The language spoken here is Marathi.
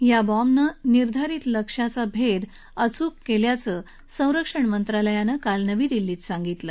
या बॉम्बनं निर्धारित लक्ष्य अचूक भक्तियाचं संरक्षण मंत्रालयानं काल नवी दिल्लीत सांगितलं